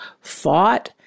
fought